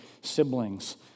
siblings